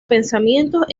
pensamientos